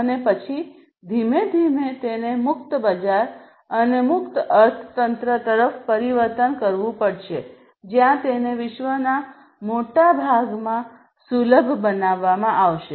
અને પછી ધીમે ધીમે તેને મુક્ત બજાર અને મુક્ત અર્થતંત્ર તરફ પરિવર્તન કરવું પડશે જ્યાં તેને વિશ્વના મોટા ભાગમાં સુલભ બનાવવામાં આવશે